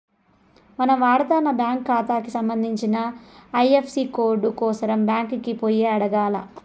మనం వాడతన్న బ్యాంకు కాతాకి సంబంధించిన ఐఎఫ్ఎసీ కోడు కోసరం బ్యాంకికి పోయి అడగాల్ల